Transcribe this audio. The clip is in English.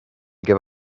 give